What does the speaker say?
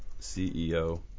CEO